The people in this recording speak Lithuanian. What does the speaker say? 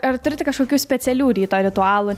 ar turite kažkokių specialių ryto ritualų